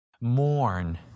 mourn